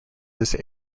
this